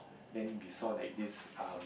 then saw like this um